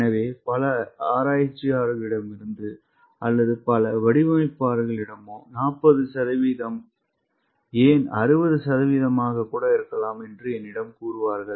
எனவே பல ஆராய்ச்சியாளர்களிடமோ அல்லது பல வடிவமைப்பாளர்களிடமோ 40 சதவீதம் ஏன் 60 சதவீதமாக இருக்கலாம் என்று என்னிடம் கூறுவார்கள்